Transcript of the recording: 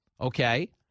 okay